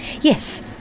Yes